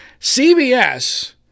CBS